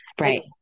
Right